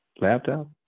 laptop